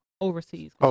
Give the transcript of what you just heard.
Overseas